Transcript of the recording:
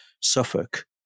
Suffolk